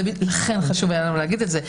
לכן חשוב היה לנו להגיד את זה.